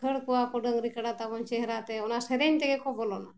ᱠᱷᱟᱹᱲ ᱠᱚᱣᱟ ᱠᱚ ᱰᱟᱹᱝᱨᱤ ᱠᱟᱰᱟ ᱛᱟᱵᱚᱱ ᱪᱮᱦᱨᱟ ᱛᱮ ᱚᱱᱟ ᱥᱮᱨᱮᱧ ᱛᱮᱜᱮ ᱠᱚ ᱵᱚᱞᱚᱱᱟ